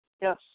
Yes